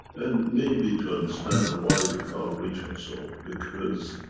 and maybe to understand why we can't reach our soul, because.